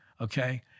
Okay